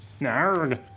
Nerd